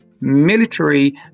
military